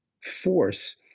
force